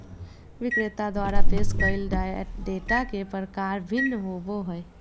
विक्रेता द्वारा पेश कइल डेटा के प्रकार भिन्न होबो हइ